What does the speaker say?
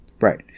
Right